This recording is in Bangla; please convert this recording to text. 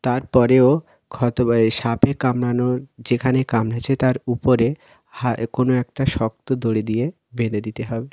তারপরেও ক্ষতবাহী সাপে কামড়ানোর যেখানে কামড়েছে তার উপরে কোনো একটা শক্ত দড়ি দিয়ে বেঁধে দিতে হবে